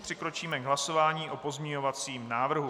Přikročíme k hlasování o pozměňovacím návrhu.